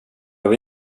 vill